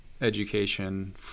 education